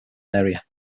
area